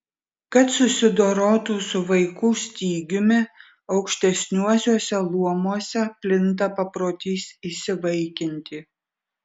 kad susidorotų su vaikų stygiumi aukštesniuosiuose luomuose plinta paprotys įsivaikinti